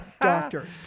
Doctor